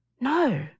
No